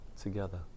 together